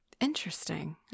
Interesting